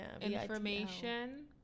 Information